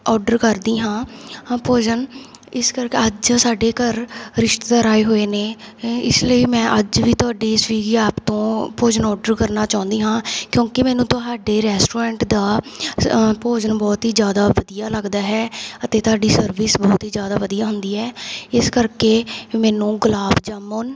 order ਕਰਦੀ ਹਾਂ ਭੋਜਨ ਇਸ ਕਰਕੇ ਅੱਜ ਸਾਡੇ ਘਰ ਰਿਸ਼ਤੇਦਾਰ ਆਏ ਹੋਏ ਨੇ ਇਸ ਲਈ ਮੈਂ ਅੱਜ ਵੀ ਤੁਹਾਡੀ ਸਵੀਗੀ ਐਪ ਤੋਂ ਭੋਜਨ ਓਡਰ ਕਰਨਾ ਚਾਹੁੰਦੀ ਹਾਂ ਕਿਉਂਕਿ ਮੈਨੂੰ ਤੁਹਾਡੇ ਰੈਸਟੋਰੈਂਟ ਦਾ ਭੋਜਨ ਬਹੁਤ ਹੀ ਜ਼ਿਆਦਾ ਵਧੀਆ ਲੱਗਦਾ ਹੈ ਅਤੇ ਤੁਹਾਡੀ ਸਰਵਿਸ ਬਹੁਤ ਹੀ ਜ਼ਿਆਦਾ ਵਧੀਆ ਹੁੰਦੀ ਹੈ ਇਸ ਕਰਕੇ ਮੈਨੂੰ ਗੁਲਾਬ ਜਾਮੁਨ